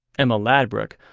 emma ladbruk,